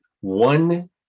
one